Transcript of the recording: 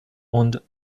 und